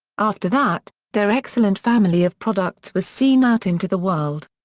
after that, their excellent family of products was seen out into the world.